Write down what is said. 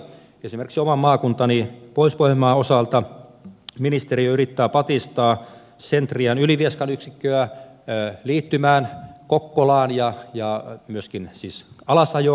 esimerkiksi oman maakuntani pohjois pohjanmaan osalta ministeriö yrittää patistaa cent rian ylivieskan yksikköä liittymään kokkolaan mikä tarkoittaisi myöskin siis alasajoa